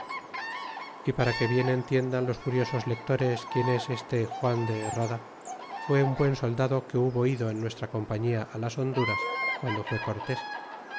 y para que bien entiendan los curiosos lectores quien es este juan de herrada fue un buen soldado que hubo ido en nuestra compañia las honduras guando fue cortés